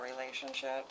relationship